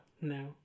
No